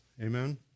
Amen